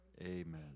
Amen